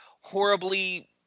horribly